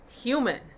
human